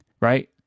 Right